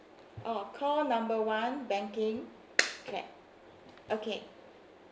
oh call number one banking clap okay